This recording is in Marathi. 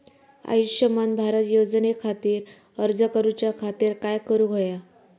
आयुष्यमान भारत योजने खातिर अर्ज करूच्या खातिर काय करुक होया?